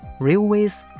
railways